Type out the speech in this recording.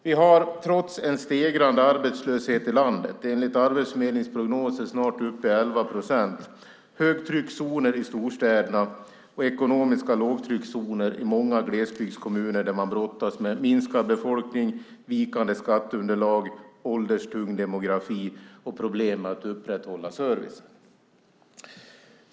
Vi har trots en stegrande arbetslöshet i landet - enligt Arbetsförmedlingens prognoser snart uppe i 11 procent - högtryckszoner i storstäderna och ekonomiska lågtryckszoner i många glesbygdskommuner, där man brottas med minskad befolkning, vikande skatteunderlag, ålderstung demografi och problem med att upprätthålla servicen.